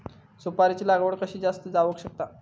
सुपारीची लागवड कशी जास्त जावक शकता?